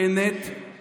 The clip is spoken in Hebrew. התנהגות מסוכנת,